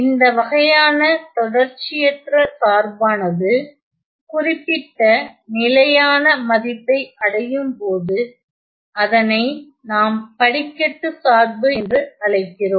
இந்த வகையான தொடர்ச்சியற்ற சார்பானது குறிப்பிட்ட நிலையான மதிப்பை அடையும்போது அதனை நாம் படிக்கட்டுச்சார்பு என்று அழைக்கிறோம்